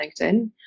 linkedin